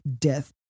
death